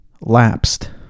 lapsed